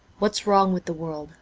what's wrong with the world